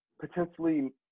potentially